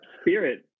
spirit